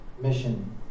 mission